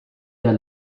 der